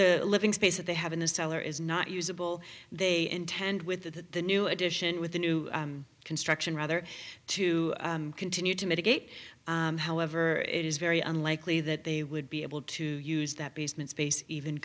the living space that they have in the cellar is not usable they intend with the new addition with the new construction rather to continue to mitigate however it is very unlikely that they would be able to use that basement space even